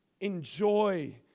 Enjoy